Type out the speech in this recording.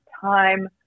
time